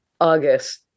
August